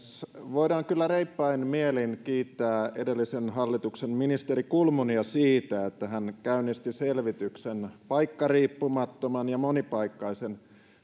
voidaan kyllä reippain mielin kiittää edellisen hallituksen ministeri kulmunia siitä että hän käynnisti selvityksen paikkariippumattoman ja monipaikkaisen